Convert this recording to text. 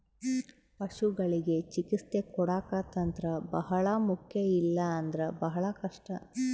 ಪಶುಗಳಿಗೆ ಚಿಕಿತ್ಸೆ ಕೊಡಾಕ ತಂತ್ರ ಬಹಳ ಮುಖ್ಯ ಇಲ್ಲ ಅಂದ್ರೆ ಬಹಳ ಕಷ್ಟ